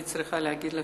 אני צריכה להגיד לך,